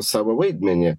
savo vaidmenį